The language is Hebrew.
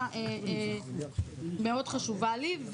הייתה מאוד חשובה לי.